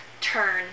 turn